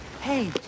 hey